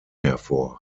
hervor